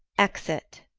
exit